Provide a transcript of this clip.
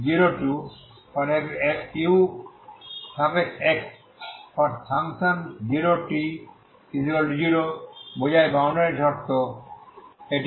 ux0t0 বোঝায় boundary শর্ত 1 এটি